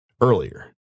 earlier